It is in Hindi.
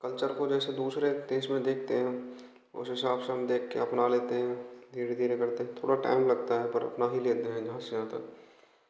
कल्चर को जैसे दूसरे देश में देखते है उस हिसाब से हम देख के अपना लेते हैं धीरे धीरे करते थोड़ा टाइम लगता है पर अपना ही लेते हैं